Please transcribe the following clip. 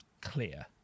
clear